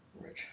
Rich